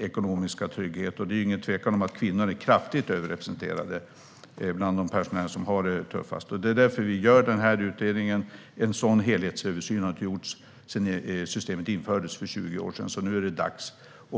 ekonomiska trygghet. Det råder inget tvivel om att kvinnor är kraftigt överrepresenterade bland de pensionärer som har det tuffast. Det är därför denna utredning ska göras. En sådan helhetsöversyn har inte gjorts sedan systemet infördes för 20 år sedan. Nu är det dags.